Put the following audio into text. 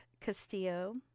Castillo